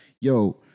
yo